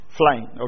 flying